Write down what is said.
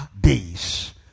days